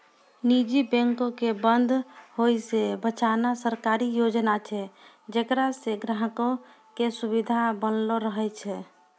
निजी बैंको के बंद होय से बचाना सरकारी योजना छै जेकरा से ग्राहको के सुविधा बनलो रहै